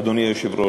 אדוני היושב-ראש,